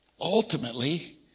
ultimately